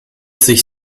sich